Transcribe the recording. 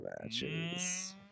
matches